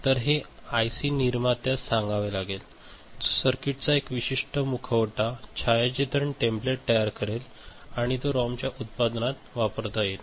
तर हे आयसी निर्मात्यास सांगावे लागेल जो सर्किटचा एक विशिष्ट मुखवटा छायाचित्रण टेम्पलेट तयार करेल आणि तो रॉमच्या उत्पादनात वापरला जाईल